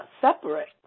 separate